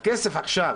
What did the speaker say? עכשיו